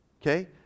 Okay